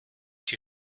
die